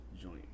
joint